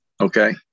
Okay